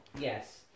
Yes